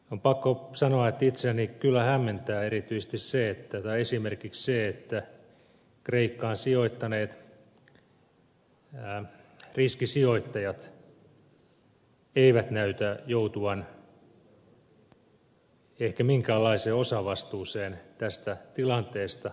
on pakko sanoa että itseäni kyllä hämmentää esimerkiksi se että kreikkaan sijoittaneet riskisijoittajat eivät näytä joutuvan ehkä minkäänlaiseen osavastuuseen tästä tilanteesta